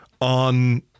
on